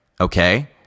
Okay